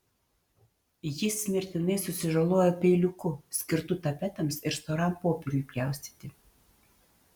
jis mirtinai susižalojo peiliuku skirtu tapetams ir storam popieriui pjaustyti